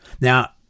Now